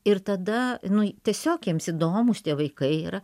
ir tada nu tiesiog jiems įdomūs tie vaikai yra